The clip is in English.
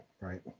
right